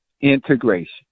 integration